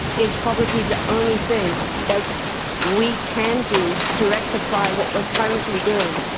is probably the only thing that we can do to rectify what we're currently doing.